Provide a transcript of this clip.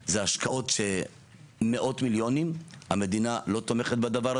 כשעמיתי השר מלכיאלי היה במשרד הדתות עבדנו יחד והרצנו את הוועדה,